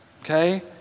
Okay